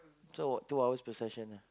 so about two hours per session ah